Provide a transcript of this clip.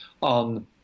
on